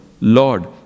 Lord